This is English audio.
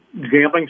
gambling